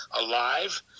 alive